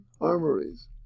armories